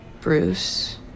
Bruce